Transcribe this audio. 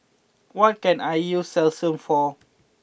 what can I use Selsun for